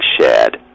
shared